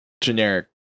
generic